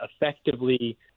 effectively